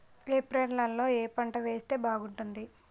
April నెలలో ఏ పంట వేస్తే బాగుంటుంది?